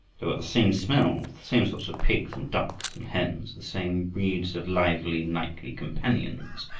there were the same smells, the same sorts of pigs and ducks and hens, the same breeds of lively nightly companions,